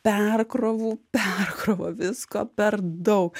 perkrovų perkrova visko per dau